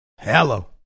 hello